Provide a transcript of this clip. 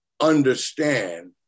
understand